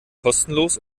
kostenlos